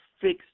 fixed